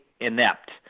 inept